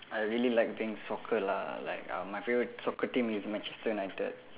I really like playing soccer lah like uh my favourite soccer team is Manchester United